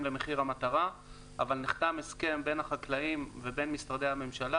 למחיר המטרה אבל נחתם הסכם בין החקלאים לבין משרדי הממשלה